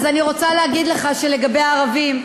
אז אני רוצה להגיד לך שלגבי הערבים,